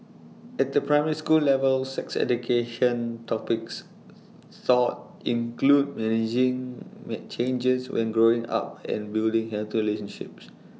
at the primary school level sex education topics taught include managing may changes when growing up and building healthy relationships